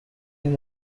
این